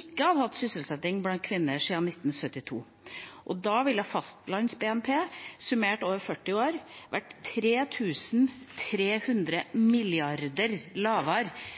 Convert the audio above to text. ikke hadde hatt sysselsettingsvekst blant kvinner siden 1972. Da ville fastlands-BNP summert over 40 år ha vært 3 300 mrd. kr lavere